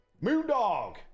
Moondog